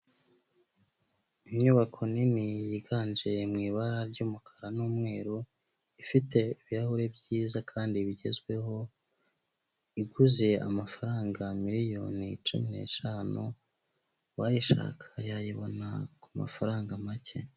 Inyubako nini yiganje mu ibara ry'umukara n'umweru, ifite ibirahuri byiza kandi bigezweho, iguze amafaranga miliyoni cumi ne eshanu, uwayishaka yayibona kumafaranga make.